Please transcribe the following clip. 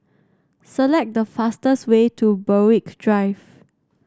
select the fastest way to Berwick Drive